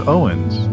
Owens